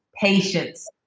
Patience